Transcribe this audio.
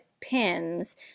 pins